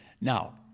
Now